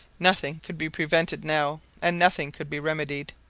nothing could be prevented now, and nothing could be remedied.